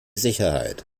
sicherheit